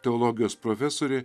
teologijos profesorė